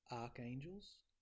archangels